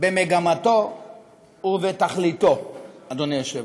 במגמתו ובתכליתו, אדוני היושב-ראש.